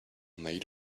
made